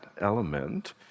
element